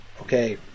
Okay